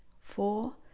four